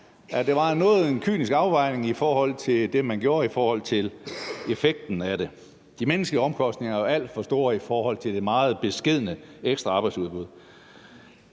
gjorde, var noget af en kynisk afvejning, i forhold til effekten af det. De menneskelige omkostninger er jo alt for store i forhold til det meget beskedne ekstra arbejdsudbud.